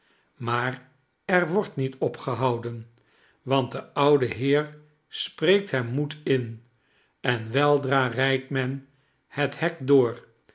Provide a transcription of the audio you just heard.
maar er wordt niet opgehouden want de oude heer spreekt hem moed in en weldra rijdt men het hek door